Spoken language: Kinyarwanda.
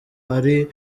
ari